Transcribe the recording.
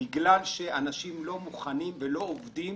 כי האנשים לא עובדים